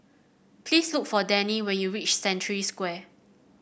please look for Denny when you reach Century Square